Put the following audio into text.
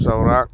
ꯆꯥꯎꯔꯥꯛ